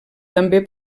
també